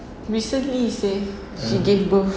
recently he say she gave birth